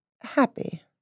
happy